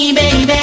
baby